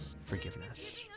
forgiveness